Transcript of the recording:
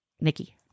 Nikki